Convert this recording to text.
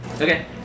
Okay